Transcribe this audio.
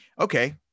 okay